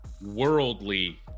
worldly